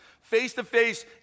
face-to-face